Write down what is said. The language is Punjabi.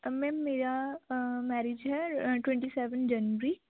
ਤਾਂ ਮੈਮ ਮੇਰਾ ਮੈਰਿਜ ਹੈ ਟਵੰਟੀ ਸੈਵਨ ਜਨਵਰੀ